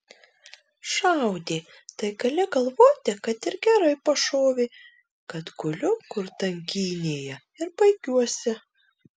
šaudė tai gali galvoti kad ir gerai pašovė kad guliu kur tankynėje ir baigiuosi